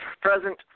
Present